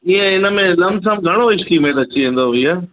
इहो हिन में लम सम घणो इस्टीमेट अची वेंदो भइया